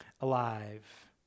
alive